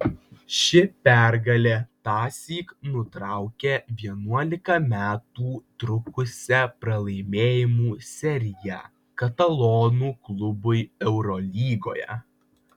ši pergalė tąsyk nutraukė vienuolika metų trukusią pralaimėjimų seriją katalonų klubui eurolygoje